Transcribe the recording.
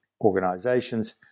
organizations